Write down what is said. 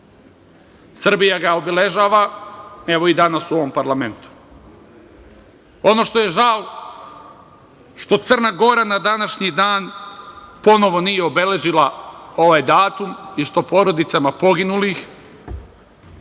Srbija ga obeležava, evo i danas u ovom parlamentu. Ono što je žal je to što Crna Gora na današnji dan ponovo nije obeležila ovaj datum i što porodicama poginulih,